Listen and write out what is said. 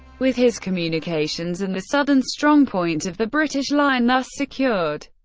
with his communications and the southern strongpoint of the british line thus secured,